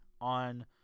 on